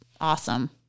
awesome